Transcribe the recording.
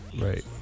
Right